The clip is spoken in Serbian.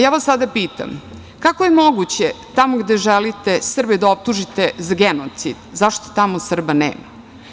Ja vas sada pitam – kako je moguće tamo gde želite Srbe da optužite za genocid zašto tamo Srba nema?